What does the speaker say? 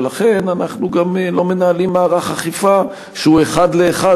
ולכן אנחנו גם לא מנהלים מערך אכיפה שהוא אחד לאחד